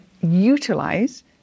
utilize